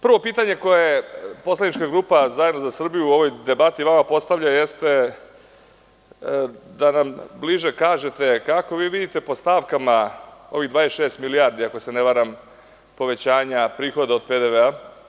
Prvo pitanje koje poslanička grupa ZZS u ovoj debati vama postavlja jeste da nam bliže kažete kako vi vidite po stavkama ovih 26 milijardi, ako se ne varam, povećanja prihoda od PDV-a.